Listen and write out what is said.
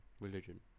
religion